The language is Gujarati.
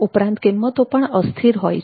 ઉપરાંત કિંમતો પણ અસ્થિર હોય છે